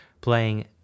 playing